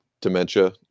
dementia